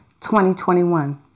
2021